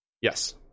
Yes